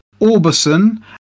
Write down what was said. Orbison